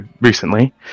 recently